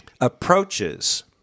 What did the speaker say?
approaches